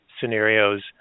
scenarios